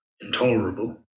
intolerable